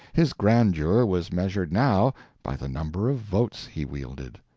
his grandeur was measured now by the number of votes he wielded.